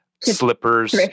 slippers